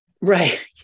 Right